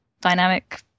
dynamic